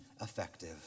effective